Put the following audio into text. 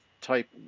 type